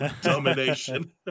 domination